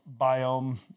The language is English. biome